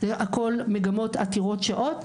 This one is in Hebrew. הכל מגמות עתירות שעות,